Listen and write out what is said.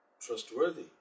trustworthy